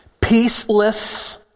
peaceless